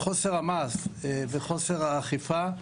חוסר המעש וחוסר האכיפה.